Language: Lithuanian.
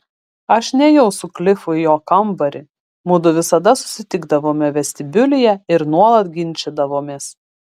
aš nėjau su klifu į jo kambarį mudu visada susitikdavome vestibiulyje ir nuolat ginčydavomės